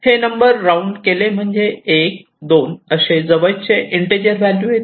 हे number round केले म्हणजे 1 2 असे जवळचे इंटिजर व्हॅल्यू येतात